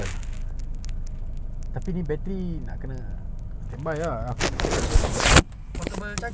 AUX nanti dia punya apa ni audio dia tak bagus pakai kereta punya record ah voice recorder